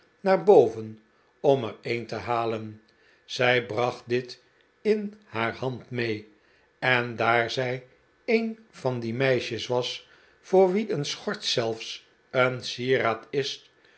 naar boven om er een te halen zij bracht dit in haar hand mee en daar zij een van die meisjes was voor wie een schort zelfs een sieraad is